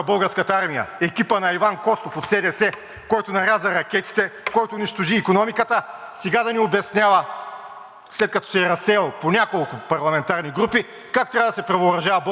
след като се е разсеял по няколко парламентарни групи, как трябва да се превъоръжава Българската армия. Моля Ви – та Вие я закопахте още преди 25 години.